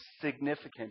significant